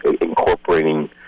incorporating